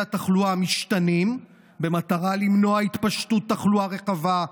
התחלואה המשתנים במטרה למנוע התפשטות תחלואה רחבה,